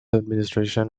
administration